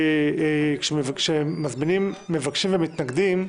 שכמזמינים מבקשים ומתנגדים,